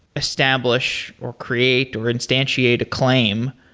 establish, or create, or instantiate a claim.